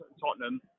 Tottenham